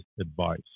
advice